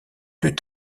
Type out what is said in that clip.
plus